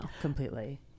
completely